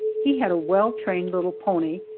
he had a well-trained little pony,